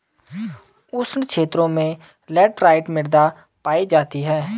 उष्ण क्षेत्रों में लैटराइट मृदा पायी जाती है